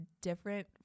different